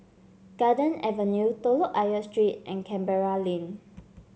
Garden Avenue Telok Ayer Street and Canberra Link